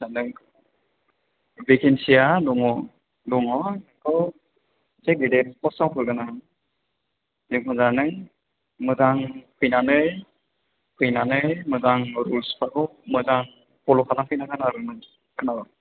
नों भेखेनसिया दङ दङ नोंखौ इसे गेदेर फसआव होगोन आं जेखुनजाया नों मोजां फैनानै मोजां रुलसफोरखौ मोजां फल' खालाम फैनांगोन आरो नों खोनाबाय